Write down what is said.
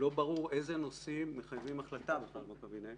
לא ברור אילו נושאים מחייבים החלטה בקבינט